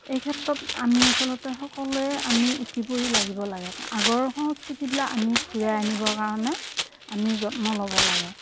এই ক্ষেত্ৰত আমি আচলতে সকলোৱে আমি উঠি পৰি লাগিব লাগে আগৰ সংস্কৃতিবিলাক আমি ঘূৰাই আনিবৰ কাৰণে আমি যত্ন লব লাগে